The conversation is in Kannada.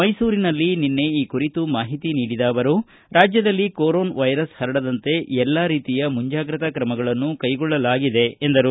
ಮೈಸೂರಿನಲ್ಲಿ ನಿನ್ನೆ ಈ ಕುರಿತು ಮಾಹಿತಿ ನೀಡಿದ ಅವರು ರಾಜ್ಯದಲ್ಲಿ ಕೊರೊನ್ ವೈರಸ್ ಪರಡದಂತೆ ಎಲ್ಲಾ ರೀತಿಯ ಮುಂಜಾಗ್ರತಾ ಕ್ರಮಗಳನ್ನು ಕೈಗೊಳ್ಳಲಾಗಿದೆ ಎಂದರು